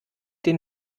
den